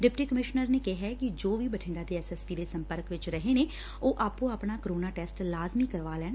deputy commissioner ਨੇ ਕਿਹੈ ਕਿ ਜੋ ਵੀ ਬਠਿੰਡਾ ਦੇ ਐਸ ਐਸ ਪੀ ਦੇ ਸੰਪਰਕ ਚ ਰਹੇ ਨੇ ਉਹ ਆਪੋ ਆਪਣਾ ਕੋਰੋਨਾ ਟੈਸਟ ਲਾਜ਼ਮੀ ਕਰਵਾ ਲੈਣ